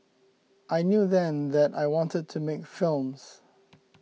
I knew then that I wanted to make films